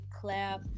clap